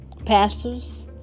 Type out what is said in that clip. Pastors